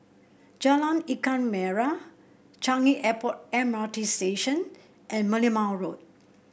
Jalan Ikan Merah Changi Airport M R T Station and Merlimau Road